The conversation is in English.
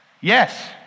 Yes